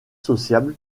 sociable